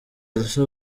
elsa